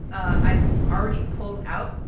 i've already pulled out.